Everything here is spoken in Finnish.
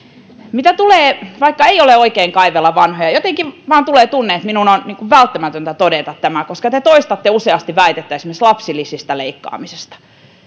vaikka ei ole oikein kaivella vanhoja jotenkin tulee vain tunne että minun on välttämätöntä todeta tämä koska te toistatte useasti väitettä esimerkiksi lapsilisistä leikkaamisesta